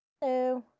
Hello